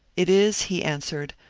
it is, he answered,